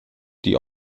die